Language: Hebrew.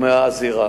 אמרתי בתחילת הדברים,